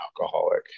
alcoholic